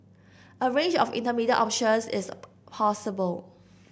a range of intermediate options is possible